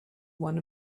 one